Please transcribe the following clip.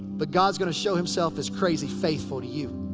but god's gonna show himself as crazy faithful to you.